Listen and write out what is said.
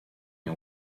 nie